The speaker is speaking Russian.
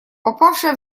попавшая